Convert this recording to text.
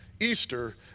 Easter